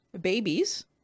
Babies